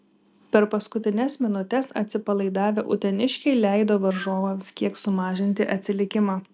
per paskutines minutes atsipalaidavę uteniškiai leido varžovams kiek sumažinti atsilikimą